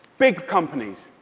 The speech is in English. big companies.